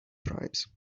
tribes